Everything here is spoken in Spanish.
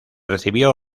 recibió